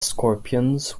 scorpions